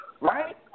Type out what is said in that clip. right